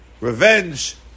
revenge